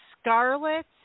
Scarlet